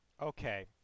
Okay